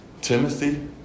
Timothy